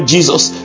Jesus